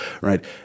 right